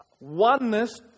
oneness